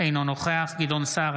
אינו נוכח גדעון סער,